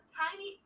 tiny